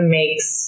makes